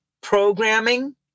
programming